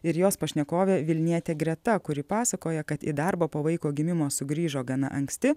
ir jos pašnekovė vilnietė greta kuri pasakoja kad į darbą po vaiko gimimo sugrįžo gana anksti